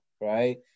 right